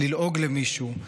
ללעוג למישהו,